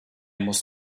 muss